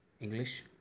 English